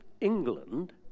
England